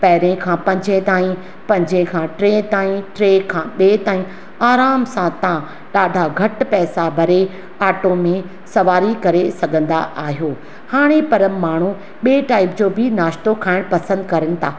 पहिरिएं खां पंजें ताईं पंजें खां टिएं ताईं टिएं खां ॿिएं ताईं आराम सां तव्हां ॾाढा घटि पैसा भरे ऑटो में सवारी करे सघंदा आहियो हाणे पर माण्हू ॿिए टाइप जो बि नाश्तो खाइणु पंसदि कनि था